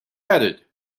added